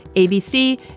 abc,